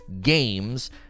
games